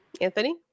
Anthony